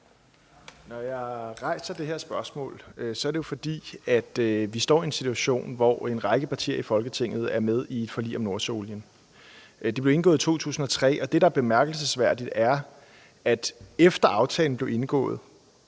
Når jeg rejser det her spørgsmål, er det jo, fordi vi står i en situation, hvor en række partier i Folketinget er med i et forlig om nordsøolien. Det blev indgået i 2003, og det, der er bemærkelsesværdigt, er, at efter aftalen blev indgået,